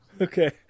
Okay